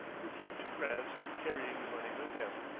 who fled to france, carrying the money with him.